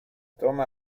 toma